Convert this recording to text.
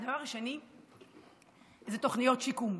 הדבר השני זה תוכניות שיקום.